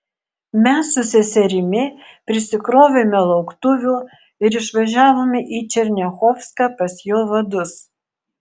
mes su seserimi prisikrovėme lauktuvių ir išvažiavome į černiachovską pas jo vadus